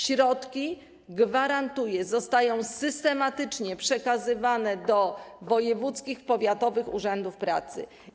Środki, gwarantuję, będą systematycznie przekazywane do wojewódzkich, powiatowych urzędów pracy.